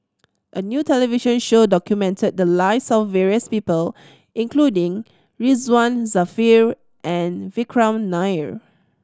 a new television show documented the lives of various people including Ridzwan Dzafir and Vikram Nair